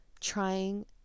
trying